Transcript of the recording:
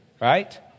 right